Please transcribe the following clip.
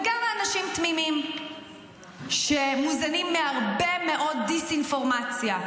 וגם מאנשים תמימים שמוזנים מהרבה מאוד דיסאינפורמציה.